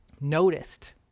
Noticed